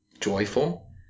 joyful